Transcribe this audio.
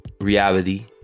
reality